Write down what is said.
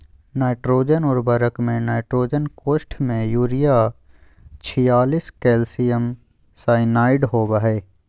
nitrogen उर्वरक में nitrogen कोष्ठ में यूरिया छियालिश कैल्शियम साइनामाईड होबा हइ